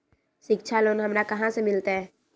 शिक्षा लोन हमरा कहाँ से मिलतै?